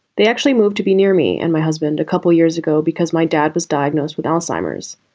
they actually moved to be near me and my husband a couple years ago because my dad was diagnosed with alzheimer's.